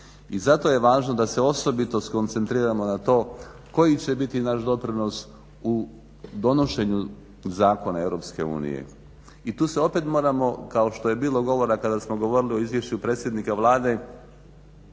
I zato je važno da se osobito koncentriramo na to koji će biti naš doprinos u donošenju zakona Europske unije. I tu se opet moramo kao što je bilo govora kada smo govorili o izvješću predsjednika Vlade,